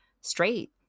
straight